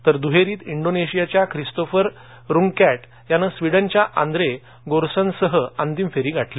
तर दुहेरीत इंडोनेशियाच्या ख्रिस्तोफर रुंगकॅट यानं स्विडनच्या आंद्रे गोरसनसह अंतिम फेरी गाठली